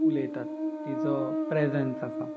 उलयतात तिजो प्रेजन्स आसा